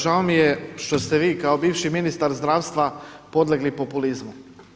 Žao mi je što ste vi kao bivši ministar zdravstva podlegli populizmu.